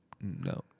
No